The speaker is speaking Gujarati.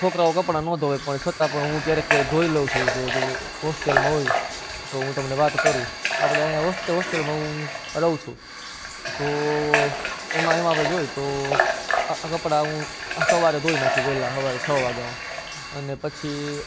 છોકરાંઓ કપડાંનો ધોવે પણ છતાં પણ હું ક્યારેક ક્યારેક ધોઈ લઉં છું તો હોસ્ટેલમાં હોઈ તો હું તમને વાત કરું આપણે આયા હોસ્ટેલમાં હું રઉ છું તો એમાં એમાં આપણે જોઈ તો આ કપડાં હું સવારે ધોઈ નાખું વેલા હવારે સ વાગામાં અને પછી